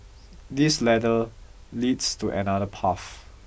this ladder leads to another path